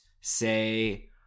say